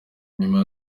nyuma